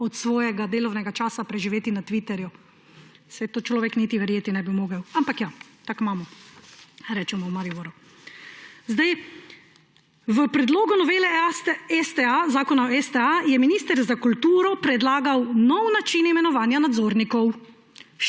od svojega delovnega časa preživeti na Twitterju. Saj to človek niti verjeti ne bi mogel, ampak ja, »tak mamo«, rečemo v Mariboru. V predlogu novele Zakona o STA je minister za kulturo predlagal nov način imenovanja nadzornikov,